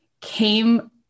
came